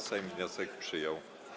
Sejm wniosek przyjął.